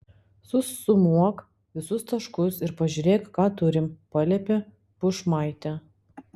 susumuok visus taškus ir pažiūrėk ką turim paliepė bušmaitė